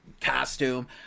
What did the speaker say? costume